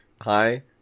hi